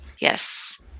Yes